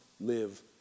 live